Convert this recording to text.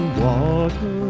water